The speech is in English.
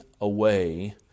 away